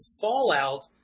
fallout